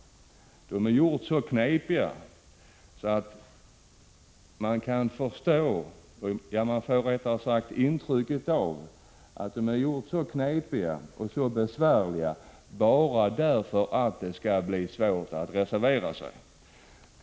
De är så knepigt gjorda att man får intrycket att de har gjorts så knepiga för att det skall bli svårt att reservera sig.